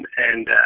and